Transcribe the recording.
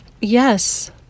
yes